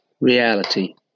Reality